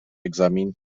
egzamin